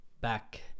back